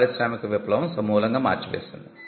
పారిశ్రామిక విప్లవం సమూలంగా మార్చి వేసింది